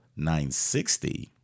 960